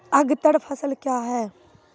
अग्रतर फसल क्या हैं?